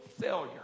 failure